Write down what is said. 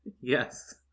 Yes